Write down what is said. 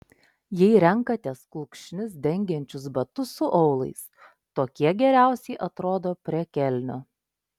jei renkatės kulkšnis dengiančius batus su aulais tokie geriausiai atrodo prie kelnių